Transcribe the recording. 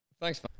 thanks